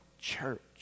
church